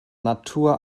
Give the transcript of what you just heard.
natur